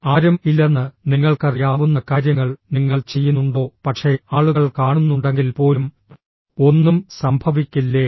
ആരും ഇല്ലെന്ന് നിങ്ങൾക്കറിയാവുന്ന കാര്യങ്ങൾ നിങ്ങൾ ചെയ്യുന്നുണ്ടോ പക്ഷേ ആളുകൾ കാണുന്നുണ്ടെങ്കിൽ പോലും ഒന്നും സംഭവിക്കില്ലേ